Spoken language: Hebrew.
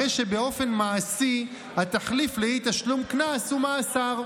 הרי שבאופן מעשי התחליף לאי-תשלום קנס הוא מאסר.